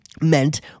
meant